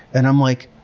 and i'm like,